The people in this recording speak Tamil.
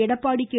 எடப்பாடி கே